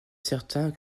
certain